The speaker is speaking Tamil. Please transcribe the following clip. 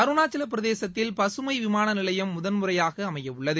அருணாச்சலப் பிரதேசத்தில் பசுமை விமாள நிலையம் முதன் முறையாக அமையவுள்ளது